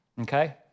Okay